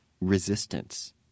resistance